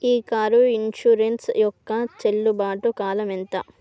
ఈ car insurance యొక్క చెల్లుబాటు కాలం ఎంత